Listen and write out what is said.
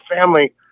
family